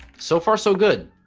so far so good